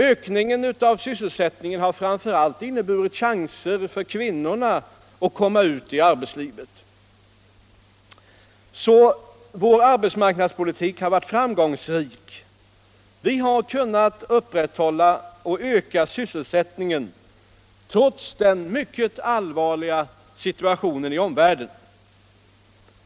Ökningen av sysselsättningen har framför allt inneburit chanser för kvinnorna att komma ut i arbetslivet. Vår arbetsmarknadspolitik har alltså varit framgångsrik. Vi har kunnat upprätthålla och öka sysselsättningen trots den mycket allvarliga situationen i omvärlden.